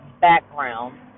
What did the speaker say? background